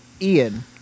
Ian